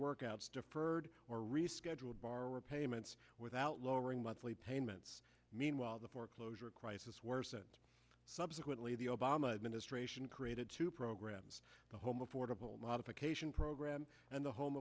workouts deferred or rescheduled borrower payments without lowering monthly payments meanwhile the foreclosure crisis worsens subsequently the obama administration created two programs the home affordable modification program and the home